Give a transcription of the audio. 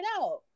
out